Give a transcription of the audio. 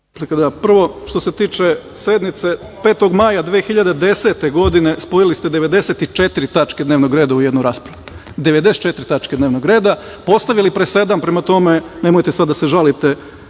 da. Prvo, što se tiče sednice, 5. maja 2010. godine spojili ste 94 tačke dnevnog reda u jednu raspravu. Devedeset i četiri tačke dnevnog reda, postavili presedan, prema tome nemojte sad da se žalite